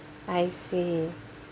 I see